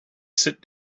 sit